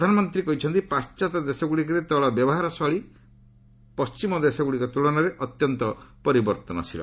ପ୍ରଧାନମନ୍ତ୍ରୀ କହିଛନ୍ତି ପାଣ୍ଢାତ୍ୟ ଦେଶଗୁଡ଼ିକରେ ତେିଳ ବ୍ୟବହାର ଶୈଳୀ ପଣ୍ଢିମ ଦେଶଗୁଡ଼ିକ ତୁଳନାରେ ଅତ୍ୟନ୍ତ ପରିବର୍ତ୍ତନଶୀଳ